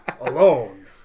Alone